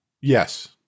Yes